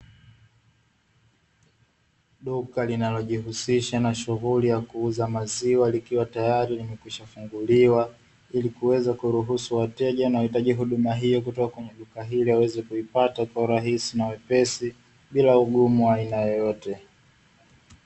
Duka linalojihusisha na shughuli ya kuuza maziwa likiwa tayari limekwishafunguliwa, ili kuweza kuruhusu wateja na wahitaji huduma hiyo kutoka kwenye duka ili waweze kuipata kwa urahisi na wepesi bila ugumu wa aina yoyote.